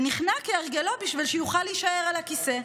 ונכנע כהרגלו בשביל שיוכל להישאר על הכיסא.